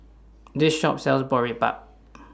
This Shop sells Boribap